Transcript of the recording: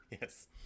Yes